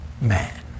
Man